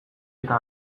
eta